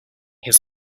his